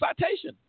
citation